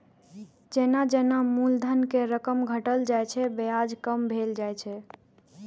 जेना जेना मूलधन के रकम घटल जाइ छै, ब्याज कम भेल जाइ छै